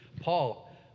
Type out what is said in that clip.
Paul